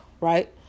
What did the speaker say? Right